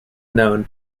known